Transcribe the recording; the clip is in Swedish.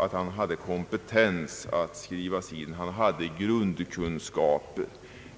att han hade kompetens att bedriva studier där, dvs. att han hade erforderliga grundkunskaper.